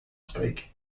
speak